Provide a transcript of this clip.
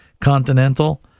Continental